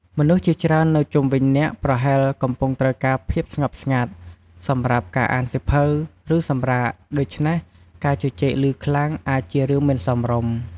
មនុស្សជាច្រើននៅជុំវិញអ្នកប្រហែលកំពុងត្រូវការភាពស្ងប់ស្ងាត់សម្រាប់ការអានសៀវភៅ ឬសម្រាក ដូច្នេះការជជែកឮខ្លាំងអាចជារឿងមិនសមរម្យ។